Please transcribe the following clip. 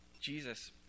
Jesus